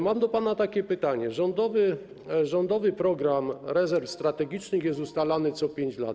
Mam do pana takie pytanie: Rządowy Program Rezerw Strategicznych jest ustalany co 5 lat.